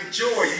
joy